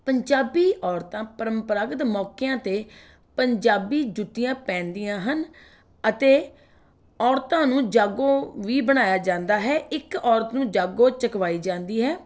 ਪੰਜਾਬੀ ਔਰਤਾਂ ਪਰੰਪਰਾਗਤ ਮੌਕਿਆਂ 'ਤੇ ਪੰਜਾਬੀ ਜੁੱਤੀਆਂ ਪਹਿਨਦੀਆਂ ਹਨ ਅਤੇ ਔਰਤਾਂ ਨੂੰ ਜਾਗੋ ਵੀ ਬਣਾਇਆ ਜਾਂਦਾ ਹੈ ਇੱਕ ਔਰਤ ਨੂੰ ਜਾਗੋ ਚੱਕਵਾਈ ਜਾਂਦੀ ਹੈ